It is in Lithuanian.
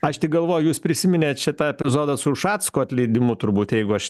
aš tik galvoju jūs prisiminėt šitą epizodą su ušacko atleidimu turbūt jeigu aš